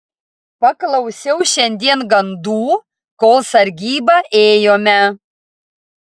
paklausiau šiandien gandų kol sargybą ėjome